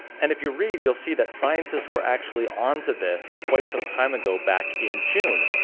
and if you read you'll see that scientists were actually on to this quite some time ago back in june.